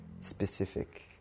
specific